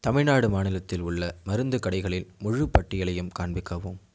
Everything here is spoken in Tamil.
தமிழ்நாடு மாநிலத்தில் உள்ள மருந்து கடைகளின் முழுப்பட்டியலையும் காண்பிக்கவும்